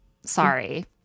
Sorry